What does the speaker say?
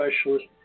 Specialist